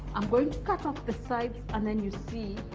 i'm going to cut off the sides and then you see.